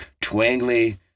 twangly